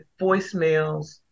voicemails